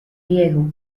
diego